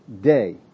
day